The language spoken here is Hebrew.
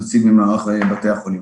נציג ממערך בתי החולים.